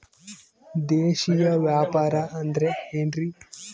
ದೇಶೇಯ ವ್ಯಾಪಾರ ಅಂದ್ರೆ ಏನ್ರಿ?